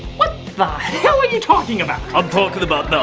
what the hell are you talking about? i'm talking about nam.